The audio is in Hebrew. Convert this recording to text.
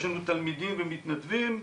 יש לנו תלמידים ומתנדבים,